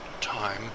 time